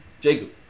Jacob